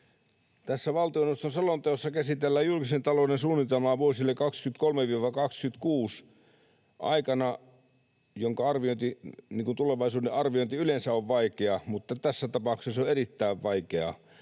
Tässä valtioneuvoston selonteossa käsitellään julkisen talouden suunnitelmaa vuosille 23—26, aikana, jossa tulevaisuuden arviointi on erittäin vaikeaa, niin kuin tulevaisuuden arviointi